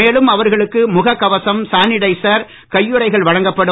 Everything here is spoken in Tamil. மேலும் அவர்களுக்கு முகக் கவசம் சானிடைசர் கையுறைகள் வழங்கப்படும்